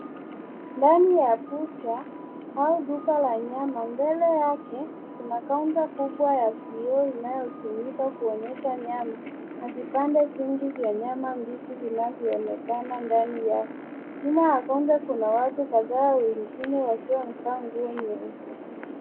Ndani ya bucha au duka la nyama. Mbele yake kuna kaunta kubwa ya vioo inayotumika kuonyesha nyama na vipande vingi vya nyama mbichi vinavyoonekana ndani yake. Nyuma ya kaunta kuna watu kadhaa wengine wakiwa wamevaa nguo nyeupe.